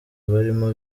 barimo